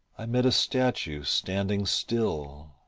i met a statue standing still.